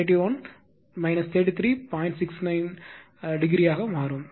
69 ° ஆக மாறும்